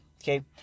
Okay